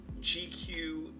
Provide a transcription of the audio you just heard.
GQ